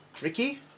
Ricky